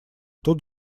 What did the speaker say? тут